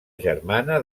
germana